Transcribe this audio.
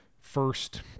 first